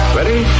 Ready